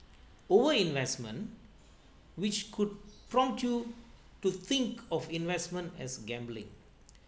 all investment which could prompt you to think of investment as gambling